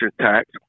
tax